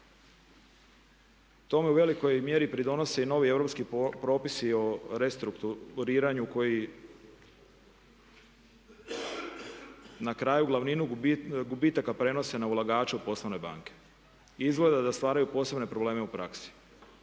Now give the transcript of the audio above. Tome u velikoj mjeri pridonosi i novi europski propisi o restrukturiranju koji na kraju glavninu gubitaka prenose na ulagače u poslovne banke i izgleda da stvaraju posebne probleme u praksi.